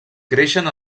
creixen